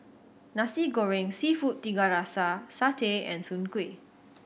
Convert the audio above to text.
Nasi Goreng Seafood Tiga Rasa satay and soon kway